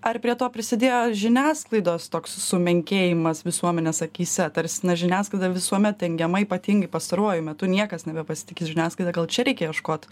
ar prie to prisidėjo žiniasklaidos toks sumenkėjimas visuomenės akyse tarsi žiniasklaida visuomet engiama ypatingai pastaruoju metu niekas nebepasitiki žiniasklaida gal čia reikia ieškot